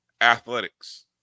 athletics